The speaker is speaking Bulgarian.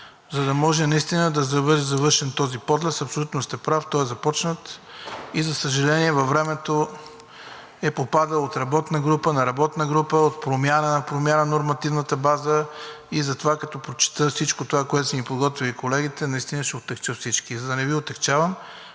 за да може наистина да завършим този подлез. Абсолютно сте прав, той е започнат и, за съжаление, във времето е попадал от работна група на работна група, от промяна на промяна на нормативната база. Затова, като прочета всичко това, което са ми подготвили колегите, наистина ще отегча всички. За да не ви отегчавам,